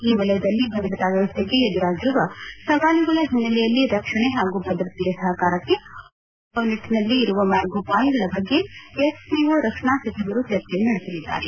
ಈ ವಲಯದಲ್ಲಿ ಭದ್ರತಾ ವ್ಯವಸ್ಥೆಗೆ ಎದುರಾಗಿರುವ ಸವಾಲುಗಳ ಓನ್ನೆಲೆಯಲ್ಲಿ ರಕ್ಷಣೆ ಹಾಗೂ ಭದ್ರತಾ ಸಹಕಾರಕ್ಕೆ ಮತ್ತಷ್ಟು ಶಕ್ತಿ ತುಂಬುವ ನಿಟ್ಟನಲ್ಲಿ ಇರುವ ಮಾರ್ಗೋಪಾಯಗಳ ಬಗ್ಗೆ ಎಸ್ಸಿಒ ರಕ್ಷಣಾ ಸಚಿವರು ಚರ್ಚೆ ನಡೆಸಲಿದ್ದಾರೆ